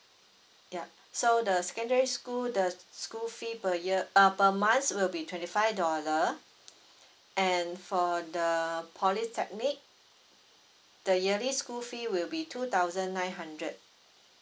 yup so the secondary school the school fee per year err per months would be twenty five dollar and for the polytechnic the yearly school fee will be two thousand nine hundred